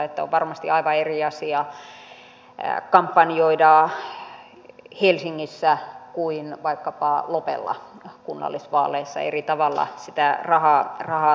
on varmasti aivan eri asia kampanjoida helsingissä kuin vaikkapa lopella kunnallisvaaleissa eri tavalla sitä rahaa tarvitaan